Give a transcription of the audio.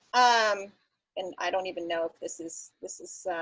um and i don't even know if this is this is